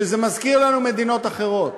שזה מזכיר לנו מדינות אחרות.